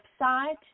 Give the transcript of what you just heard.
website